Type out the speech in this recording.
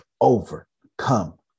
overcome